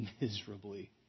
miserably